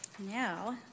Now